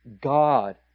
God